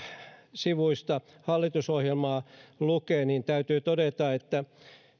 sivuista hallitusohjelmaa lukee niin täytyy todeta että